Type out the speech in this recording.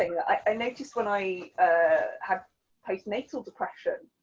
i noticed when i ah had postnatal depression,